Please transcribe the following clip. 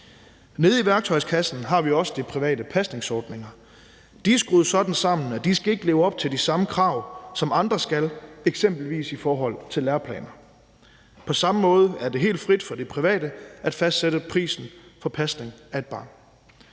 Nede i værktøjskassen har vi også de private pasningsordninger. De er skruet sådan sammen, at de ikke skal leve op til de samme krav, som andre skal, eksempelvis i forhold til læreplaner. På samme måde er det helt frit for de private at fastsætte prisen for pasning af et barn.